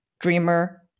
dreamer